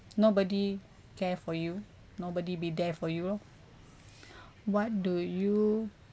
nobody care for you nobody be there for you loh what do you